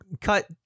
cut